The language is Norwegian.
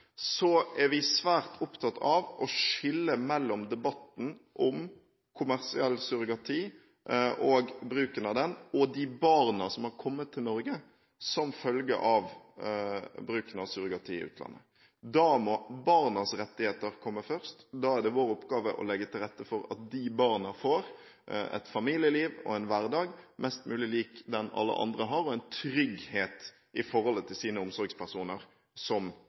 så store konsekvenser for den enkelte kvinne, at det ikke er riktig at det skal tilbys på et kommersielt marked. Men når det er sagt, er vi svært opptatt av å skille mellom debatten om kommersiell surrogati og bruken av den, og de barna som har kommet til Norge som følge av bruken av surrogati i utlandet. Da må barnas rettigheter komme først. Da er det vår oppgave å legge til rette for at de barna får et familieliv og en hverdag mest mulig